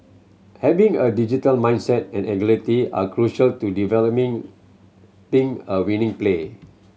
having a digital mindset and agility are crucial to a winning play